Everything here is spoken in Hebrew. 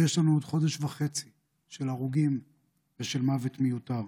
ויש לנו עוד חודש וחצי של הרוגים ושל מוות מיותר.